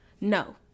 No